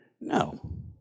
No